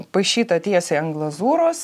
paišyta tiesiai ant glazūros